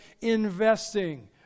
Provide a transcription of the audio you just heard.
investing